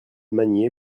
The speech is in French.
magnier